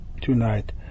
tonight